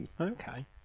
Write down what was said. okay